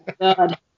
God